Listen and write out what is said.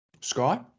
Sky